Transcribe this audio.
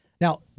Now